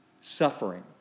suffering